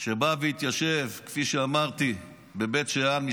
שבא והתיישב, כפי שאמרתי, בבית שאן.